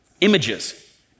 images